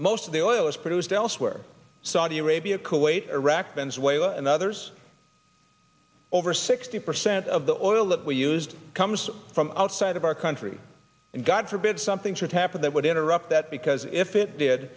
most of the oil is produced elsewhere saudi arabia kuwait iraq venezuela and others over sixty percent of the oil that we used comes from outside of our country and god forbid something should happen that would interrupt that because if it did